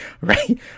Right